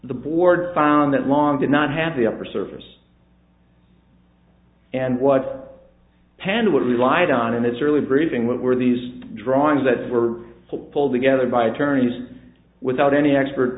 the board found that long did not have the upper surface and what pan would relied on in its early briefing with were these drawings that were pulled together by attorneys without any expert